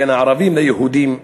בין הערבים ליהודים.